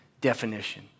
definition